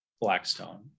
Blackstone